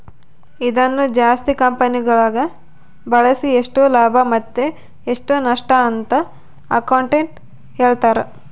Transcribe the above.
ಇದನ್ನು ಜಾಸ್ತಿ ಕಂಪೆನಿಗಳಗ ಬಳಸಿ ಎಷ್ಟು ಲಾಭ ಮತ್ತೆ ಎಷ್ಟು ನಷ್ಟಅಂತ ಅಕೌಂಟೆಟ್ಟ್ ಹೇಳ್ತಾರ